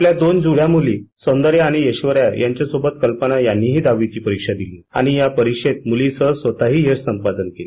आपल्या दोन जुळ्या मुली सौंदर्या आणि ऐश्वर्या यांच्यासोबत कल्पना यांनीही दहावीची परीक्षा दिली आणि या परीक्षेत मुलींसह स्वतःही यश संपादन केलं